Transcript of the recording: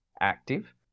active